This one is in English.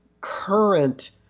current